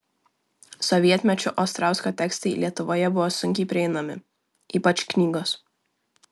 sovietmečiu ostrausko tekstai lietuvoje buvo sunkiai prieinami ypač knygos